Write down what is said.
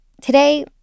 Today